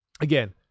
again